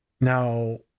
now